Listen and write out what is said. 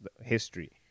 history